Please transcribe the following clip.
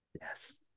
Yes